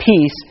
peace